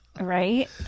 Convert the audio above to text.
Right